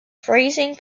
freezing